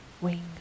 Wing